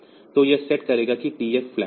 तो यह सेट करेगा कि TF फ्लैग